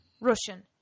Russian